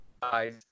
guys